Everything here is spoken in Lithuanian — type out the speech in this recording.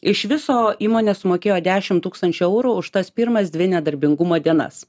iš viso įmonė sumokėjo dešimt tūkstančių eurų už tas pirmas dvi nedarbingumo dienas